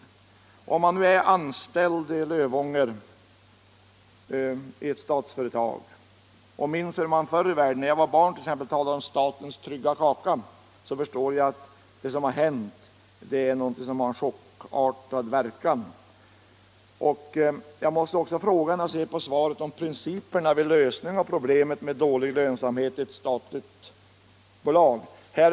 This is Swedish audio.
När jag var barn talade man om statens trygga kaka. För dem som är anställda i det här statliga företaget i Lövånger har det som hänt en chockartad verkan. I svaret talas om principerna för lösningen av problemet med dålig lönsamhet i ett statligt bolag.